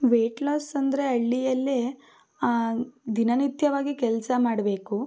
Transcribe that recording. weight loss ಅಂದರೆ ಹಳ್ಳಿಯಲ್ಲಿ ದಿನನಿತ್ಯವಾಗಿ ಕೆಲಸ ಮಾಡಬೇಕು